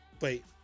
Wait